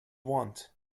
want